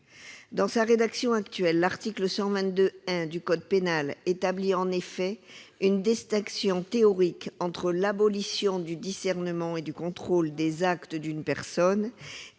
Dans sa rédaction actuelle, l'article 122-1 du code pénal établit en effet une distinction théorique entre l'abolition du discernement et du contrôle des actes d'une personne